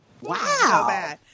Wow